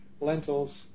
lentils